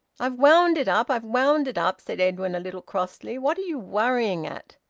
i've wound it up! i've wound it up! said edwin, a little crossly. what are you worrying at?